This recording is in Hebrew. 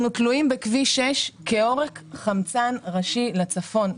בכביש 6 כעורק חמצן ראשי לצפון.